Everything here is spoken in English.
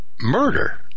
murder